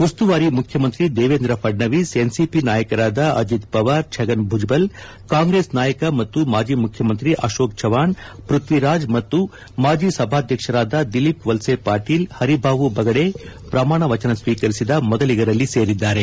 ಉಸ್ತುವಾರಿ ಮುಖ್ಯಮಂತ್ರಿ ದೇವೇಂದ್ರ ಫಡ್ನವಿಸ್ ಎನ್ಸಿಪಿ ನಾಯಕರಾದ ಅಜಿತ್ ದವಾರ್ ಛಗನ್ ಭುಜಬಲ್ ಕಾಂಗ್ರೆಸ್ ನಾಯಕ ಮತ್ತು ಮಾಜಿ ಮುಖ್ಯಮಂತ್ರಿ ಅಶೋಕ್ ಚೌಹಾಗ್ ಪೃಧ್ಲೀರಾಜ್ ಮತ್ತು ಮಾಜಿ ಸಭಾಧ್ಯಕ್ಷರಾದ ದಿಲೀಪ್ ಏಲ್ಲೆ ಪಾಟೀಲ್ ಹರಿಭಾವು ಬಗಡೆ ಪ್ರಮಾಣ ವಚನ ಸ್ವೀಕರಿಸಿದ ಮೊದಲಿಗರಲ್ಲಿ ಸೇರಿದ್ದಾರೆ